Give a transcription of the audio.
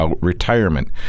retirement